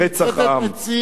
הוא מצטט את נשיא טורקיה.